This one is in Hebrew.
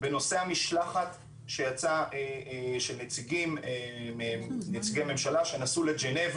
בנושא המשלחת של נציגי הממשלה שנסעו לג'נבה